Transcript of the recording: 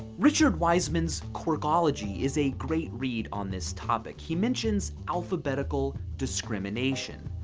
richard wiseman's quirkology is a great read on this topic. he mentions alphabetical discrimination.